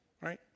right